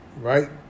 right